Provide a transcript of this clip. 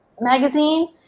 Magazine